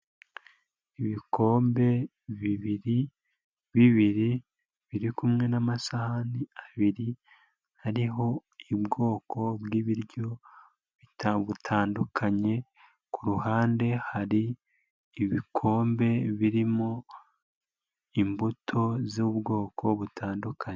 Ibikombe bibiri, bibiri, birikumwe n'amasahani abiri, hariho ubwoko bw'ibiryo, butandukanye, kuruhande hari, ibikombe birimo, imbuto z'ubwoko butandukanye.